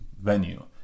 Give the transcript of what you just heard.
venue